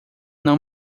não